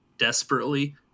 desperately